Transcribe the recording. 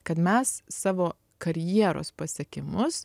kad mes savo karjeros pasiekimus